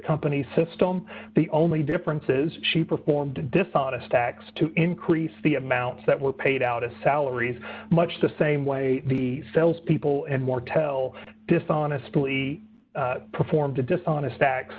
company's system the only difference is she performed dishonest acts to increase the amount that were paid out of salaries much the same way the sales people and more tell dishonestly performed a dishonest acts